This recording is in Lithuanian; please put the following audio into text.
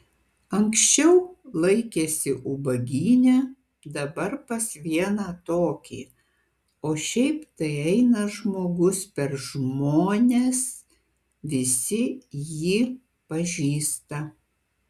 anksčiau laikėsi ubagyne dabar pas vieną tokį o šiaip tai eina žmogus per žmones visi jį pažįsta